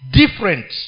different